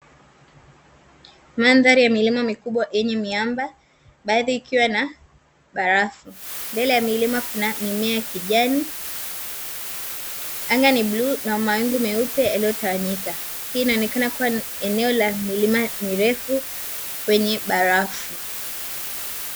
Mandhari ya milima mikubwa yenye miamba, baadhi ikiwa na barafu. Mbele ya milima kuna mimea ya kijani. Anga ni bluu na mawingu meupe yaliyotawanyika. Hii inaonekana kuwa ni eneo la milima mirefu wenye barafu.